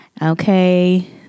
Okay